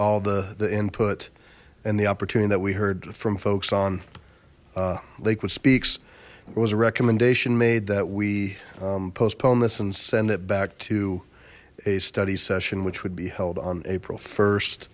all the the input and the opportunity that we heard from folks on lakewood speaks there was a recommendation made that we postpone this and send it back to a study session which would be held on april